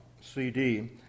CD